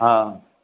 हा